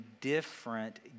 different